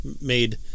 made